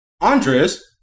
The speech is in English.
Andres